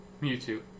Mewtwo